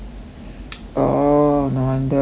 oh no wonder